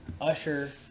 Usher